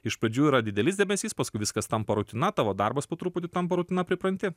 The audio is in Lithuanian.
iš pradžių yra didelis dėmesys paskui viskas tampa rutina tavo darbas po truputį tampa rutina pripranti